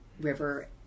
river